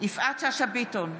יפעת שאשא ביטון,